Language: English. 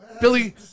Billy